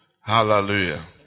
Hallelujah